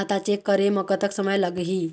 खाता चेक करे म कतक समय लगही?